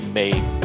made